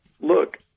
look